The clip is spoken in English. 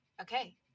okay